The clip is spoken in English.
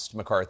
McCARTHY